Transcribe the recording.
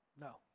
No